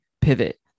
pivot